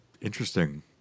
interesting